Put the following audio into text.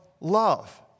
love